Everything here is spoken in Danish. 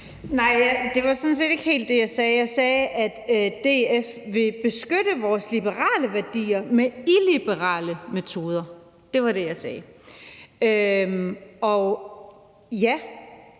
Nej, det var sådan set ikke helt det, jeg sagde. Jeg sagde, at DF vil beskytte vores liberale værdier med illiberale metoder. Det var det, jeg sagde. Og ja,